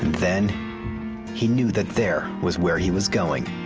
then he knew that there was where he was going.